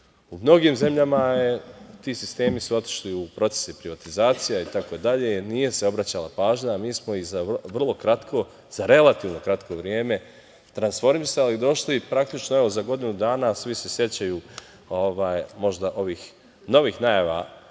U mnogim zemljama ti sistemi su otišli u proces privatizacije itd, nije se obraćala pažnja, a mi smo za relativno kratko vreme transformisali i došli praktično za godinu dana, svi se sećaju možda ovih novih najava,